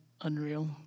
unreal